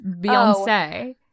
Beyonce